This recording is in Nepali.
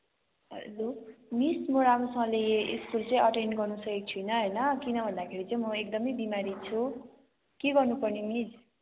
हेलो मिस म राम्रोसँगले स्कुल चाहिँ अटेन्ड गर्न सकेको छुइनँ होइन किन भन्दाखेरि चाहिँ म एकदमै बिमारी छु के गर्नुपर्ने मिस